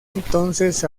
entonces